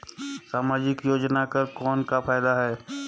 समाजिक योजना कर कौन का फायदा है?